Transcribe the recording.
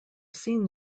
seen